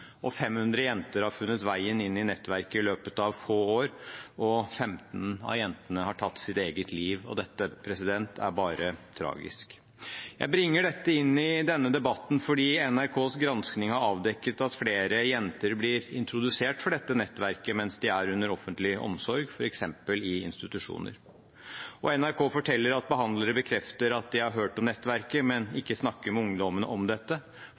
500 jenter har funnet veien inn i nettverket i løpet av få år, og 15 av jentene har tatt sitt eget liv. Det er bare tragisk. Jeg bringer dette inn i debatten fordi NRKs gransking har avdekket at flere jenter blir introdusert for dette nettverket mens de er under offentlig omsorg, f.eks. i institusjoner. NRK forteller at behandlere bekrefter at de har hørt om nettverket, men ikke snakker med ungdommene om dette